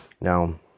Now